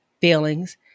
feelings